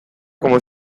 como